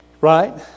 right